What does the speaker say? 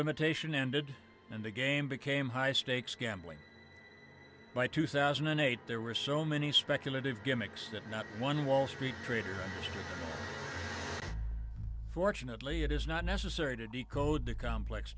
limitation ended and the game became high stakes gambling by two thousand and eight there were so many speculative gimmicks that not one wall street trader fortunately it is not necessary to decode the complex